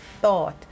thought